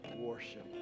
worship